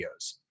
videos